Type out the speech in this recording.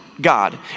God